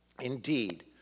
indeed